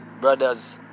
brothers